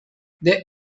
they